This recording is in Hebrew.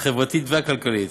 החברתית והכלכלית,